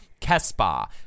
KESPA